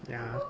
yeah